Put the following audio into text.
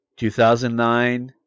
2009